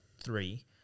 three